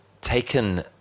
taken